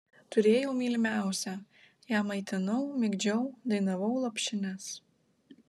turėjau mylimiausią ją maitinau migdžiau dainavau lopšines